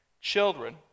Children